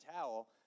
towel